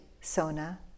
Sona